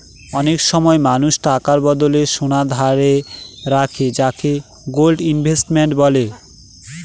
অনেক সময় মানুষ টাকার বদলে সোনা ধারে রাখে যাকে গোল্ড ইনভেস্টমেন্ট বলে